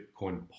Bitcoin